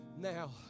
now